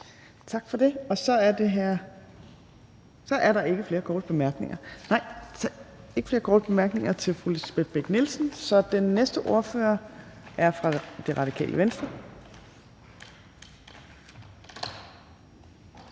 Tak for det. Så er der ikke flere korte bemærkninger til fru Lisbeth Bech-Nielsen. Den næste ordfører er fra Radikale Venstre.